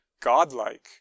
godlike